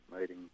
meeting